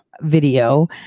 video